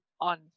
on